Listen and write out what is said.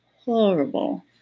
horrible